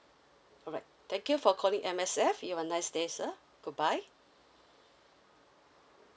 alright thank you for calling M_S_F you have a nice day sir goodbye